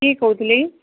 କିଏ କହୁଥିଲେ କି